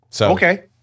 Okay